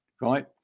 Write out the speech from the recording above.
right